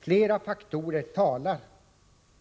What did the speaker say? Flera faktorer talar